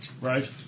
Right